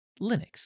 Linux